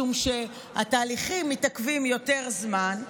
משום שהתהליכים מתעכבים יותר זמן.